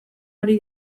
ari